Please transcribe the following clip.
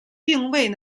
并未